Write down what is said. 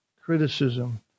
criticism